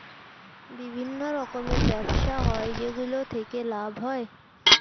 বিভিন্ন রকমের ব্যবসা হয় যেগুলো থেকে লাভ হয়